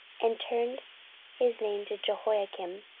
and turned his name to jehoiakim.